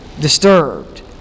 disturbed